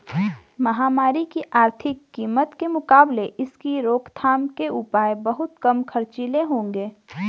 महामारी की आर्थिक कीमत के मुकाबले इसकी रोकथाम के उपाय बहुत कम खर्चीले होंगे